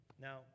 Now